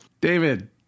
David